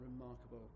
remarkable